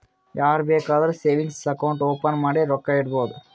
ಯಾರ್ ಬೇಕಾದ್ರೂ savings account open ಮಾಡಿ ರೊಕ್ಕಾ ಇಡ್ಬೋದು